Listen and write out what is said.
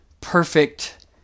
perfect